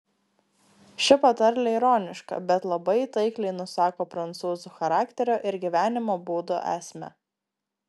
ši patarlė ironiška bet labai taikliai nusako prancūzų charakterio ir gyvenimo būdo esmę